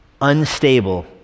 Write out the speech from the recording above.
unstable